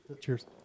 Cheers